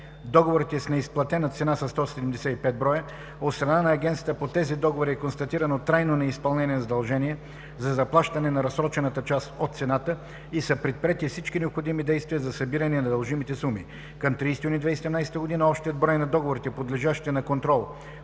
договорите с неизплатена цена са 175 броя. От страна на Агенцията по тези договори е констатирано трайно неизпълнение на задължения за заплащане на разсрочената част от цената и са предприети всички необходими действия за събиране на дължимите суми. Към 30 юни 2017 г. общият брой на договорите, подлежащи на контрол